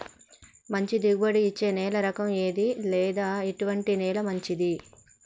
మంచి దిగుబడి ఇచ్చే నేల రకం ఏది లేదా ఎటువంటి నేల మంచిది?